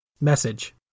Message